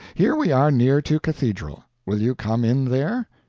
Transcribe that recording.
here we are near to cathedral will you come in there?